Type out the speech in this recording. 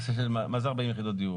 מה זה 40 יחידות דיור?